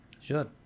sure